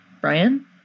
Brian